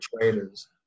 traders